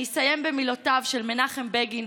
אני אסיים במילותיו של מנחם בגין,